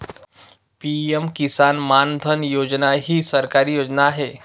PM Kisan Maandhan Yojana ही सरकारी योजना आहे